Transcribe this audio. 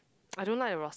I don't like Ros~